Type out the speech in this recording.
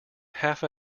half